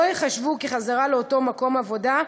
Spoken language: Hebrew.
לא ייחשב כחזרה לאותו מקום עבודה,